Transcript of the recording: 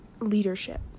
leadership